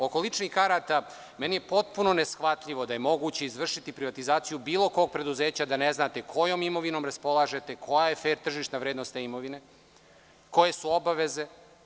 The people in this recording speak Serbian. Oko ličnih karata, meni je potpuno neshvatljivo da je moguće izvršiti privatizaciju bilo kog preduzeća, a da ne znate kojom imovinom raspolažete, koja je tržišna vrednost te imovine, koje su obaveze.